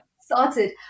started